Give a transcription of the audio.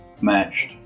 matched